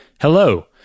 Hello